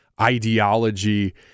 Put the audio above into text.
ideology